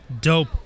Dope